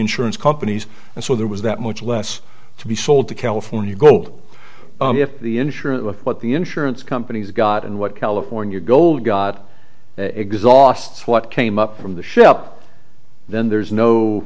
insurance companies and so there was that much less to be sold to california gold if the insurance what the insurance companies got and what california gold got exhausts what came up from the ship then there's no